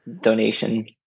donation